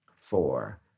four